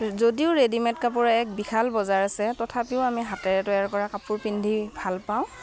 যদিও ৰেডিমেড কাপোৰৰ এক বিশাল বজাৰ আছে তথাপিও আমি হাতেৰে তৈয়াৰ কৰা কাপোৰ পিন্ধি ভাল পাওঁ